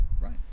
Right